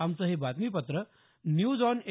आमचं हे बातमीपत्र न्यूज ऑन ए